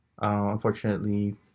Unfortunately